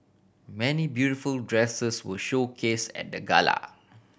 many beautiful dresses were showcase at the gala